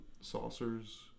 saucers